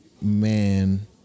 man